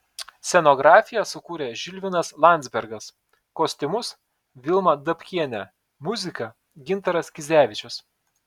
scenografiją sukūrė žilvinas landzbergas kostiumus vilma dabkienė muziką gintaras kizevičius